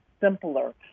simpler